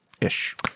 Ish